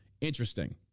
Interesting